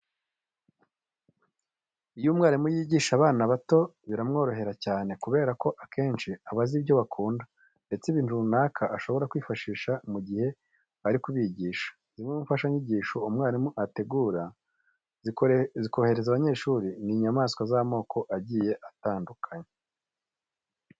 Iyo umwarimu yigisha abana bato biramworohera cyane kubera ko akenshi aba azi ibyo bakunda ndetse n'ibintu runaka ashobora kwifashisha mu gihe ari kubigisha. Zimwe mu mfashanyigisho umwarimu ategura zikorohereza abanyeshuri ni inyamaswa z'amoko agiye atandukanye.